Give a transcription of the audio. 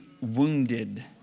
wounded